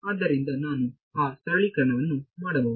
ಆದ್ದರಿಂದ ನಾನು ಆ ಸರಳೀಕರಣವನ್ನು ಮಾಡಬಹುದು